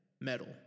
Metal